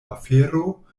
afero